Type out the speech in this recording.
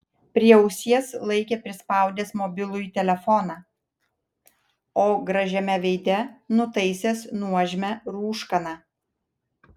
prie ausies laikė prispaudęs mobilųjį telefoną o gražiame veide nutaisęs nuožmią rūškaną